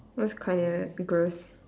it was kinda gross